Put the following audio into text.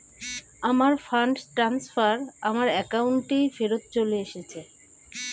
আমার fund transfer আমার অ্যাকাউন্টেই ফেরত চলে এসেছে